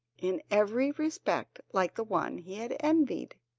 in every respect like the one he had envied.